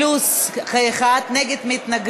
פלוס אחד נגד.